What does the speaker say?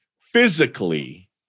physically